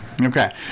Okay